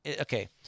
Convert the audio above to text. okay